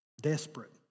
desperate